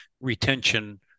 retention